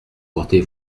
portez